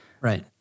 Right